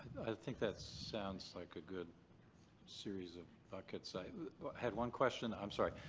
i think that sounds like a good series of buckets. i had one question. i'm sorry.